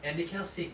and they cannot sing